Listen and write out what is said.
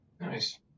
Nice